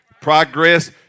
Progress